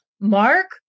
Mark